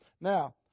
Now